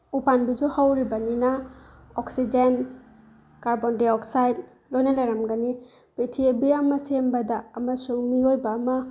ꯎ ꯄꯥꯝꯕꯤꯁꯨ ꯍꯧꯔꯤꯕꯅꯤꯅ ꯑꯣꯛꯁꯤꯖꯦꯟ ꯀꯥꯔꯕꯣꯟ ꯗꯥꯏꯑꯣꯛꯁꯥꯏꯠ ꯂꯣꯏꯅ ꯂꯩꯔꯝꯒꯅꯤ ꯄꯤꯛꯊ꯭ꯔꯤꯕꯤ ꯑꯃ ꯁꯦꯝꯕꯗ ꯑꯃꯁꯨꯡ ꯃꯤꯑꯣꯏꯕ ꯑꯃ